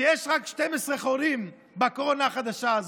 שיש רק 12 חולים בקורונה החדשה הזו,